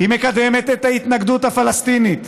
היא מקדמת את ההתנגדות הפלסטינית.